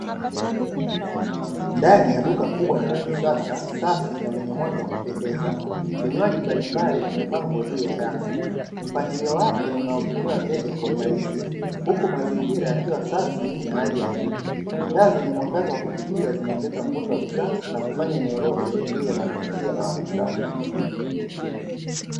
Ndani ya duka kubwa na la kisasa safi na lenye mwanga wa kupendeza, vinywaji mbalimbali vimepangwa juu ya rafu mpangilio wake unawavutia wateja kwa urahisi huku mazingira yakiwa safi na hali ya juu, taa zenye mwangaza wa kuvutia zinaongeza mvuto wa bidhaa na kufanya eneo lote liwe la kuvutia na la kisasa.